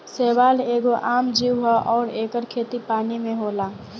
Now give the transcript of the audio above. शैवाल एगो आम जीव ह अउर एकर खेती पानी में होला